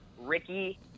Ricky